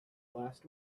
last